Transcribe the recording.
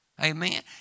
Amen